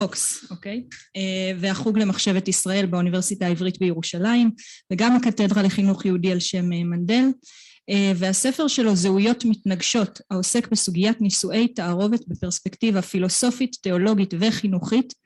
והחוג למחשבת ישראל באוניברסיטה העברית בירושלים, וגם הקתדרה לחינוך יהודי על שם מנדל, והספר שלו זהויות מתנגשות, העוסק בסוגיית נישואי תערובת בפרספקטיבה פילוסופית תיאולוגית וחינוכית,